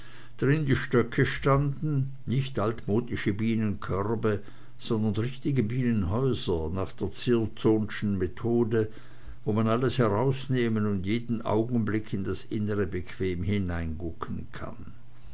drin die stöcke standen nicht altmodische bienenkörbe sondern richtige bienenhäuser nach der dzierzonschen methode wo man alles herausnehmen und jeden augenblick in das innere bequem hineingucken kann